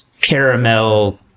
caramel